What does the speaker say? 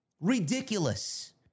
Ridiculous